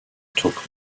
took